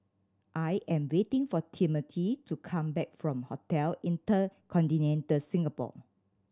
I am waiting for Timmothy to come back from Hotel InterContinental Singapore